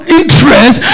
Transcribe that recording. interest